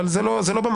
אבל זה לא במקום.